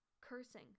Cursing